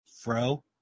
Fro